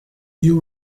you